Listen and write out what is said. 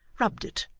rubbed it,